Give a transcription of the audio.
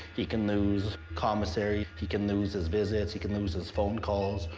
he can lose commissary, he can lose his visits, he can lose his phone calls,